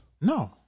No